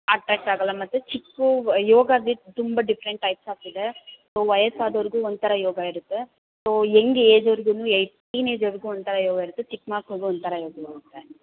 attack ಆಗೊಲ್ಲ ಮತ್ತೆ ಚಿಕ್ಕ ಯೋಗಲ್ಲಿ ತುಂಬ ಡಿಫ್ರೆಂಟ್ ಟೈಪ್ಸ್ ಆಫ್ ಇದೆ ವಯಸ್ಸು ಅದೋರಿಗು ಒಂಥರ ಯೋಗ ಇರುತ್ತೆ ಸೋ ಎಂಗ್ ಏಜ್ ಅವ್ರಿಗುನು ಟಿನೇಜ್ ಅವ್ರಿಗು ಒಂಥರ ಯೋಗ ಇರುತ್ತೆ ಚಿಕ್ಕ ಮಕ್ಕಳ್ಗು ಒಂಥರ ಯೋಗ ಇರುತ್ತೆ